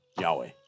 Yahweh